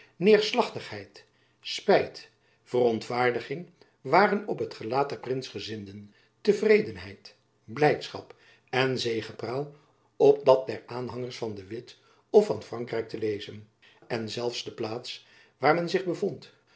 neêrslachtigheid spijt verontwaardiging waren op het gelaat der prinsgezinden tevredenheid blijdschap en zegepraal op dat der aanhangers van de witt of van frankrijk te lezen en zelfs de plaats waar men zich bevond